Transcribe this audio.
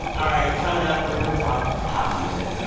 all right. coming up, we're going to talk pop music.